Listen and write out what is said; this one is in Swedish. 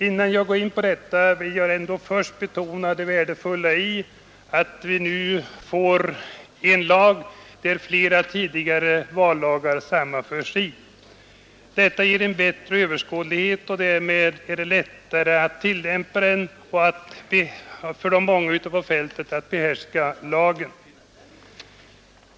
Innan jag går in på detta vill jag ändå först betona det värdefulla i att vi får en lag i vilken flera tidigare vallagar sammanförs. Detta ger en bättre överskådlighet, och därmed är det lättare att tillämpa den och lättare för de många ute på fältet att behärska lagen.